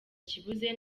kibuze